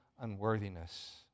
unworthiness